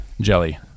jelly